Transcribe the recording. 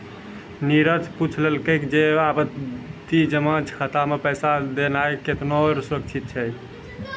नीरज पुछलकै जे आवर्ति जमा खाता मे पैसा देनाय केतना सुरक्षित छै?